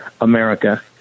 America